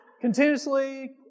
continuously